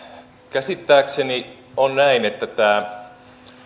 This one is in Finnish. käsittääkseni on näin että tämä